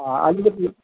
अलिकति